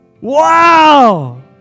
Wow